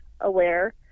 aware